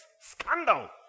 scandal